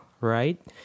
right